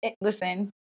listen